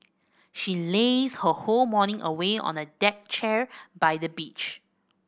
she lazed her whole morning away on a deck chair by the beach